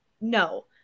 No